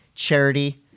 Charity